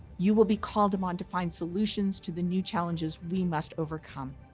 you will be called upon to find solutions to the new challenges we must overcome.